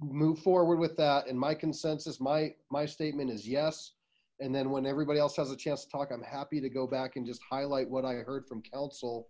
move forward with that in my consensus might my statement is yes and then when everybody else has a chance to talk i'm happy to go back and just highlight what i heard from counsel